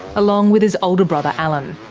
along with his older brother alan.